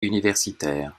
universitaire